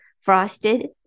frosted